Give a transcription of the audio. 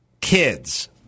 Kids